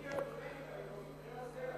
אם כי,